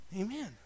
amen